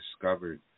discovered